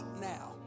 now